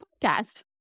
podcast